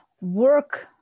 work